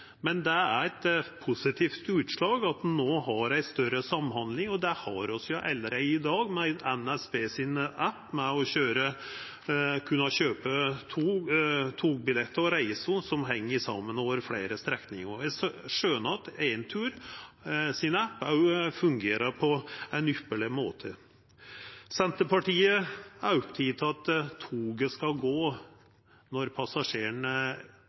Men det er eit positivt utslag at ein no har større samhandling, og det har vi allereie i dag med NSBs app, der ein kan kjøpa togbillettar og reiser som heng saman over fleire strekningar. Eg skjønar at Enturs app òg fungerer på ein ypparleg måte. Senterpartiet er oppteke av at toget skal gå når passasjerane